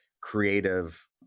creative